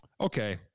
okay